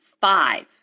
five